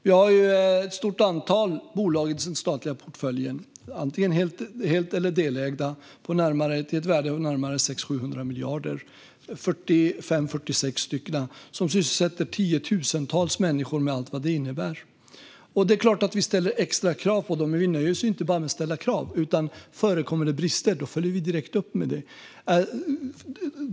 Vi har ett stort antal bolag i den statliga portföljen, antingen hel eller delägda, med ett värde på 600-700 miljarder. Dessa 45-46 bolag sysselsätter tiotusentals människor, med allt vad det innebär. Vi nöjer oss dock inte bara med att ställa extra krav, utan om det förekommer brister följer vi upp det direkt.